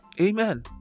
Amen